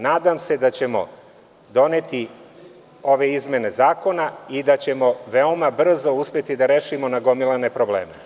Nadam se da ćemo doneti ove izmene zakona i da ćemo veoma brzo uspeti da rešimo nagomilane probleme.